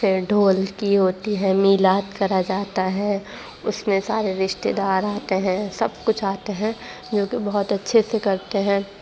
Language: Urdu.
پھر ڈھولکی ہوتی ہے میلاد کرا جاتا ہے اس میں سارے رشتے دار آتے ہیں سب کچھ آتے ہیں جو کہ بہت اچھے سے کرتے ہیں